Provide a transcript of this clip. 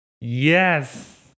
yes